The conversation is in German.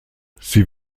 sie